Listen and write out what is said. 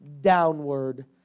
downward